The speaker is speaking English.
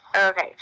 okay